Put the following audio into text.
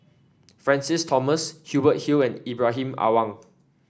Francis Thomas Hubert Hill and Ibrahim Awang